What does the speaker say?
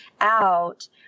out